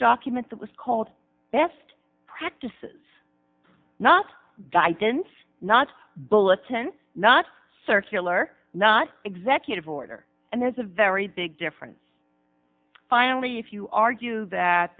document that was called best practices not guidance not bulletin not circular not executive order and there's a very big difference finally if you argue that